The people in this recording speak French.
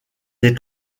des